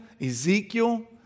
Ezekiel